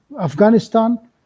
Afghanistan